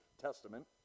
Testament